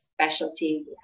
specialty